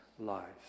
lives